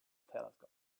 telescope